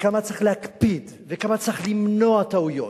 וכמה צריך להקפיד וכמה צריך למנוע טעויות.